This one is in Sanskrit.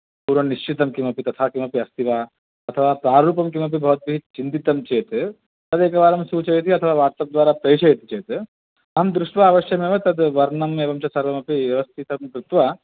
पूर्वं निश्चितं किमपि तथा किमपि अस्ति वा अथवा प्रारूपं किमपि भवद्भिः चिन्तितं चेत् तदेकवारं सूचयति अथवा वाट्सप् द्वारा प्रेशयति चेत् अहं दृष्ट्वा अवश्यमेव तद् वर्णम् एवं च सर्वमपि व्यवस्थितं कृत्वा